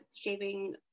shaving